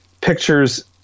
pictures